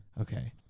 Okay